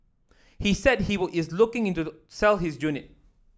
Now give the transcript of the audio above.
he said he was is looking in to sell his unit